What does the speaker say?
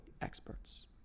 experts